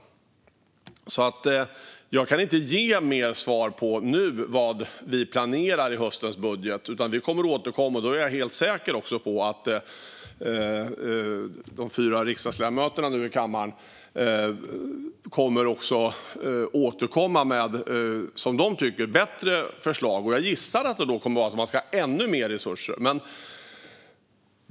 Jag kan inte just nu ge mer svar om vad vi planerar i höstens budget. Vi kommer att återkomma, och då är jag helt säker på att de fyra riksdagsledamöter som är här i kammaren nu kommer att återkomma med vad de anser vara bättre förslag. Jag gissar att det då kommer att handla om att man ska ha ännu mer resurser.